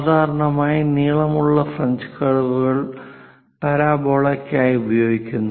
സാധാരണയായി നീളമുള്ള ഫ്രഞ്ച് കർവുകൾ പരാബോളയ്ക്കായി ഉപയോഗിക്കുന്നു